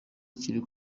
kiri